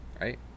Right